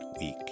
week